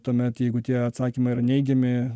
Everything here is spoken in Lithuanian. tuomet jeigu tie atsakymai yra neigiami